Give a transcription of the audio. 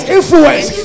Influence